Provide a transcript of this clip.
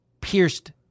pierced